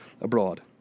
abroad